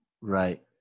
Right